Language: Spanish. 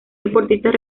deportistas